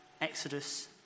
Exodus